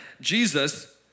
Jesus